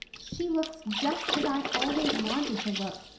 she looks just as i've always wanted to look,